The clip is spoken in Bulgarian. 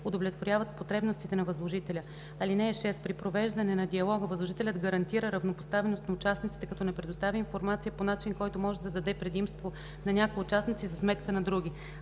удовлетворяват потребностите на възложителя. (6) При провеждане на диалога възложителят гарантира равнопоставеност на участниците, като не предоставя информация по начин, който може да даде предимство на някои участници за сметка на други.